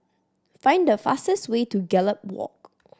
find the fastest way to Gallop Walk